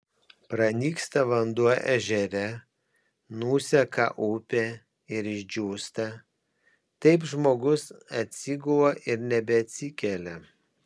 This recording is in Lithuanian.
pranyksta vanduo ežere nuseka upė ir išdžiūsta taip žmogus atsigula ir nebeatsikelia